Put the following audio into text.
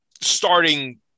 starting